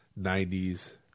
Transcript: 90s